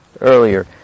earlier